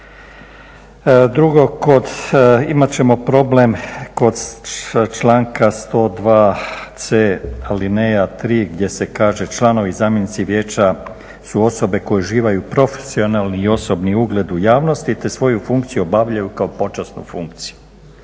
Drugo, imat ćemo problem kod članka 102c. alineja tri gdje se kaže članovi i zamjenici vijeća su osobe koji uživaju profesionalni i osobni ugled u javnosti, te svoju funkciju obavljaju kao počasnu funkciju.